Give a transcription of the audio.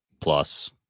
Plus